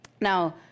Now